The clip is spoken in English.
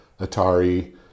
Atari